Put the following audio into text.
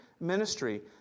ministry